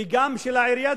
וגם של העירייה,